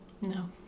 No